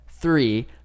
three